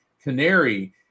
canary